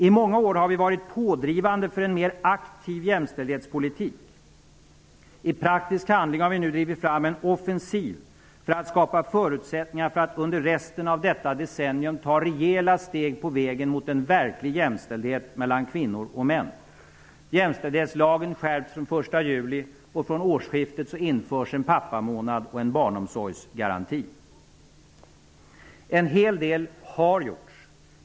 I många år har vi varit pådrivande för en mer aktiv jämställdhetspolitik. I praktisk handling har vi nu drivit fram en offensiv för att skapa förutsättningar för att under resten av detta decennium ta rejäla steg på vägen mot en verklig jämställdhet mellan kvinnor och män. Jämställdhetslagen skärps den 1 En hel del har gjorts.